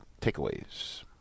takeaways